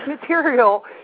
material